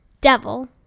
Devil